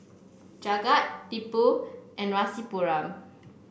Jagat Tipu and Rasipuram